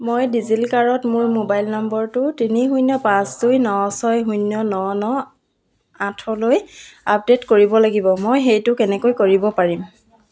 মই ডিজিলকাৰত মোৰ মোবাইল নম্বৰটো তিনি শূন্য পাঁচ দুই ন ছয় শূন্য ন ন আঠলৈ আপডেট কৰিব লাগিব মই সেইটো কেনেকৈ কৰিব পাৰিম